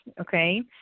okay